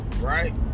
right